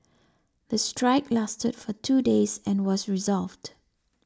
the strike lasted for two days and was resolved